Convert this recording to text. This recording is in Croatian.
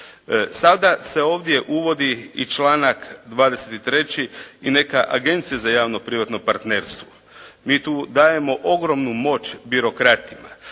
Sada se ovdje uvodi i članak 23. i neka agencije za javno-privatno partnerstvo. Mi tu dajemo ogromnu moć birokratima,